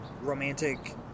romantic